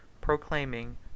proclaiming